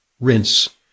rinse